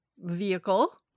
vehicle